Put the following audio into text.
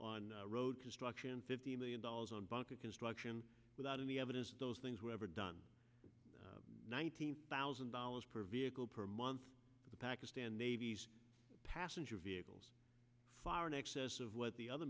on road construction fifty million dollars on bunker construction without any evidence those things were ever done nineteen thousand dollars per vehicle per month to pakistan navy's passenger vehicles far in excess of what the other